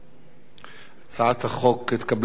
הצעת החוק התקבלה בקריאה שנייה,